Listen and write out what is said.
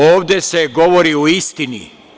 Ovde se govori o istini.